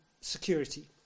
security